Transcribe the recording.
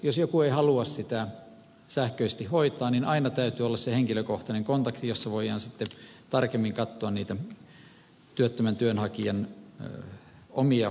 jos joku ei halua sitä sähköisesti hoitaa niin aina täytyy olla se henkilökohtainen kontakti jossa voidaan tarkemmin katsoa työttömän työnhakijan omia tarpeita